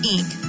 Inc